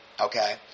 Okay